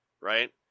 right